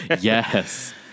Yes